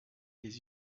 des